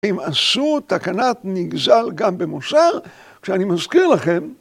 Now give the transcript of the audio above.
אם עשו תקנת נגזל גם במוסר, כשאני מזכיר לכם.